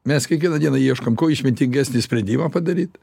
mes kiekvieną dieną ieškom kuo išmintingesnį sprendimą padaryt